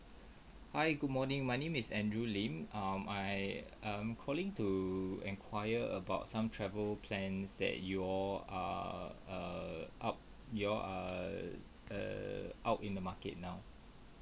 hi good morning my name is andrew lim um I I'm calling to enquire about some travel plans that you're err err up you're err err out in the market now